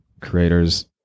creators